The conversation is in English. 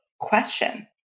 question